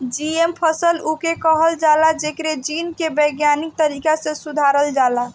GM फसल उके कहल जाला जेकरी जीन के वैज्ञानिक तरीका से सुधारल जाला